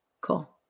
Cool